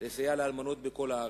לסייע לאלמנות בכל הארץ.